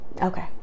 Okay